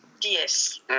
Yes